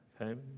okay